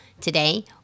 Today